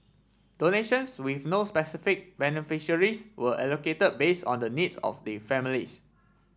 donations with no specific beneficiaries were allocated base on the needs of the families